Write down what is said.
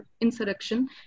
insurrection